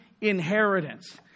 inheritance